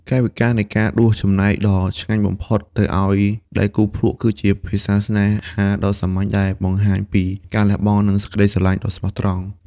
កាយវិការនៃការដួសចំណែកដែលឆ្ងាញ់បំផុតឱ្យទៅដៃគូភ្លក់ គឺជាភាសាស្នេហាដ៏សាមញ្ញដែលបង្ហាញពីការលះបង់ និងសេចក្ដីស្រឡាញ់ដ៏ស្មោះត្រង់។